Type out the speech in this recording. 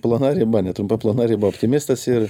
plona riba netrumpa plona riba optimistas ir